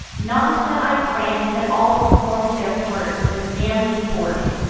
not but i grant that all perform'd their parts with manly force,